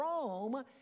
Rome